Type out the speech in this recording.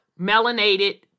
melanated